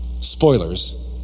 Spoilers